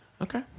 Okay